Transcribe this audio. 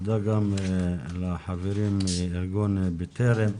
ותודה גם לחברים מארגון בטרם.